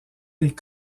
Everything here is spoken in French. des